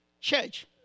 church